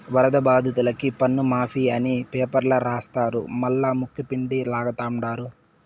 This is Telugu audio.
వరద బాధితులకి పన్నుమాఫీ అని పేపర్ల రాస్తారు మల్లా ముక్కుపిండి లాగతండారు